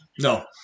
No